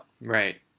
Right